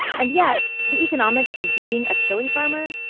and yet, the economics of being a chili farmer,